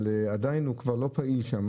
אבל עדיין הוא כבר לא פעיל שם.